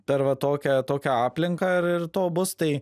per va tokią tokią aplinką ir ir to bus tai